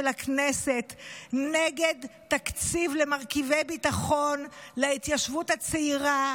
הכנסת נגד תקציב למרכיבי ביטחון להתיישבות הצעירה,